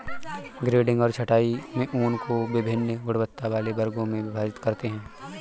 grading और छँटाई में ऊन को वभिन्न गुणवत्ता वाले वर्गों में विभाजित करते हैं